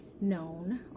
known